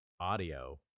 audio